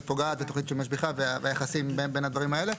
פוגעת ותוכנית שמשביחה והיחסים בין הדברים האלה.